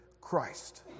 Christ